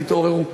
תתעוררו.